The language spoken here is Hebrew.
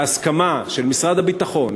וההסכמה של משרד הביטחון,